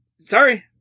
Sorry